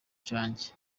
cyanjye